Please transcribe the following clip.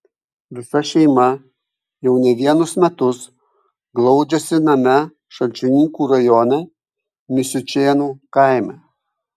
visa šeima jau ne vienus metus glaudžiasi name šalčininkų rajone misiučėnų kaime